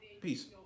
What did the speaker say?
peace